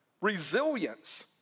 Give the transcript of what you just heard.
resilience